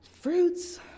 fruits